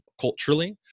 culturally